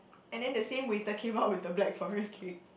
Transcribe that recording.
and then the same waiter came out with the black forest cake